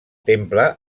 temple